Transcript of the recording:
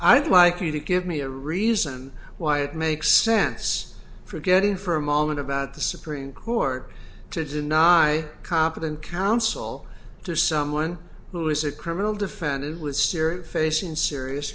i'd like you to give me a reason why it makes sense forgetting for a moment about the supreme court to deny competent counsel to someone who is a criminal defendant was serious facing serious